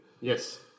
Yes